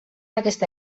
aquesta